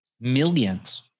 millions